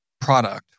product